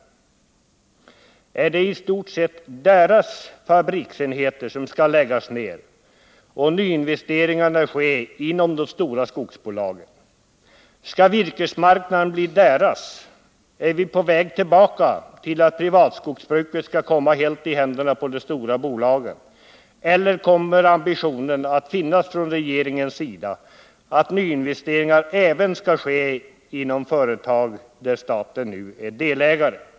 Är det i stort sett deras fabriksenheter som skall läggas ner? Skall nyinvesteringarna ske inom de stora skogsbolagen? Skall virkesmarknaden bli deras? Är vi på väg tillbaka till att privatskogsbruket skall komma helt i händerna på de stora bolagen, eller kommer regeringen att ha ambitionen att verka för att nyinvesteringar skall ske även inom de företag där staten nu är delägare?